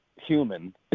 human